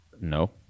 no